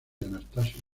anastasio